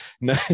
no